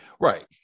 Right